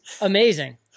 amazing